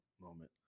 moment